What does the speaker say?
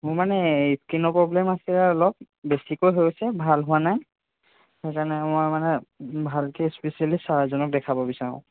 মোৰ মানে স্কিনৰ প্ৰব্লেম আছে অলপ বেছিকৈ হৈছে ভাল হোৱা নাই সেইকাৰণে মই মানে ভালকৈ স্পেচিয়েলি ছাৰ এজনক দেখাব বিচাৰো